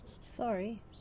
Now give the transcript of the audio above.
Sorry